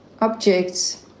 objects